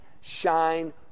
shine